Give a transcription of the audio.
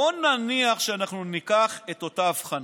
בוא נניח שאנחנו ניקח את אותה הבחנה,